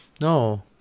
No